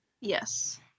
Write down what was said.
Yes